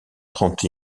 trente